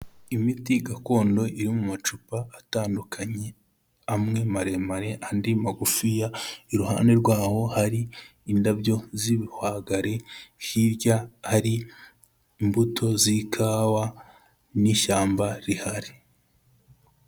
Imiti gakondo iri mu macupa atandukanye, amwe maremare andi magufiya, iruhande rw'aho hari indabyo z'ibihwagari, hirya hari imbuto z'ikawa n'ishyamba rihari.